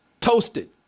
TOASTED